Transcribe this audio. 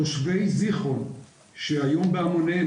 תושבי זיכרון יעקב שהיום בהמוניהם,